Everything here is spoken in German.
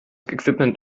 equipment